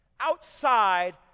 outside